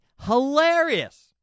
hilarious